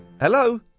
Hello